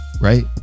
right